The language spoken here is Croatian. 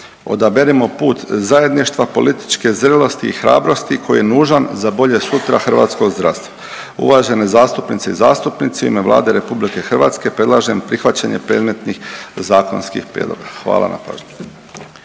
Odaberimo put zajedništva, političke zrelosti i hrabrosti koji je nužan za bolje sutra hrvatskog zdravstva. Uvažene zastupnice i zastupnici u ime Vlade RH predlažem prihvaćanje predmetnih zakonskih prijedloga. Hvala na pažnji.